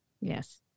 Yes